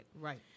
Right